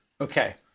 Okay